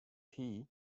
and